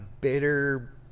bitter